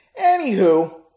Anywho